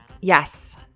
Yes